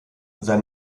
sein